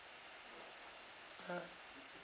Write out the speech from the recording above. uh